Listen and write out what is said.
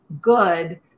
good